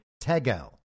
Tegel